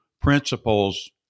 principles